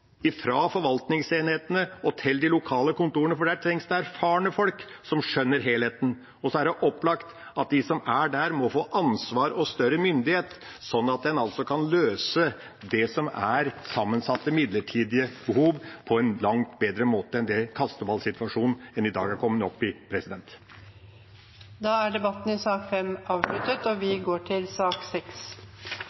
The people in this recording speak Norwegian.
forvaltningsenhetene og til de lokale kontorene, for der trengs det erfarne folk som skjønner helheten. Så er det opplagt at de som er der, må få ansvar og større myndighet, sånn at en altså kan løse det som er sammensatte, midlertidige behov på en langt bedre måte enn den kasteballsituasjonen en i dag er kommet opp i. Flere har ikke bedt om ordet til sak nr. 5. Elektrifisering er vår viktigste klimaløsning og